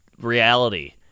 reality